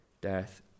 death